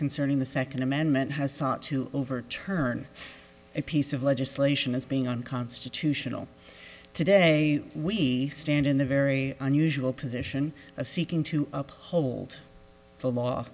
concerning the second amendment has sought to overturn a piece of legislation is being unconstitutional today we stand in the very unusual position of seeking to uphold the law